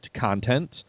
content